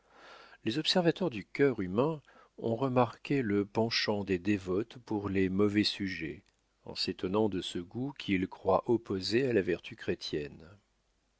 les observateurs du cœur humain ont remarqué le penchant des dévotes pour les mauvais sujets en s'étonnant de ce goût qu'ils croient opposé à la vertu chrétienne